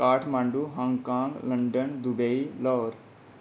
Kathmandu Hong Kong London Dubai Lahore